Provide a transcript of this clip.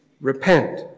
Repent